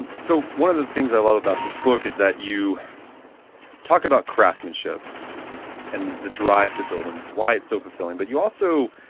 so one of the things i love about this book is that you talk about craftsmanship and the drive to build them, why is it so fulfilling, but you also